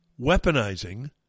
weaponizing